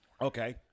Okay